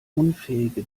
unfähige